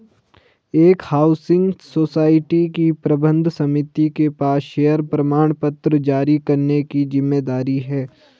एक housing society की प्रबंध समिति के पास शेयर प्रमाणपत्र जारी करने की जिम्मेदारी है